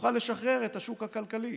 ונוכל לשחרר את השוק הכלכלי,